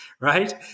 right